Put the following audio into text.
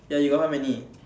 ya you got how many